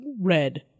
red